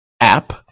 app